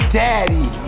daddy